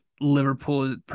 Liverpool